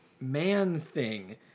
Man-Thing